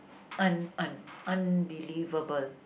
un~ un~ unbelievable